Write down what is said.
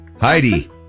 Heidi